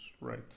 right